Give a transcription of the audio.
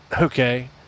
okay